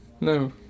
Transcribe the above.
no